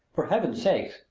for heaven's sake,